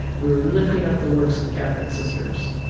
we were lifting up the works of catholic sisters.